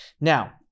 Now